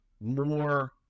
more